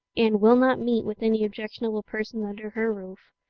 anne will not meet with any objectionable persons under her roof.